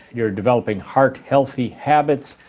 you're developing heart-healthy habits,